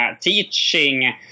teaching